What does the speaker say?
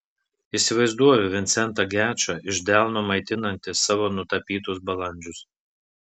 įsivaizduoju vincentą gečą iš delno maitinantį savo nutapytus balandžius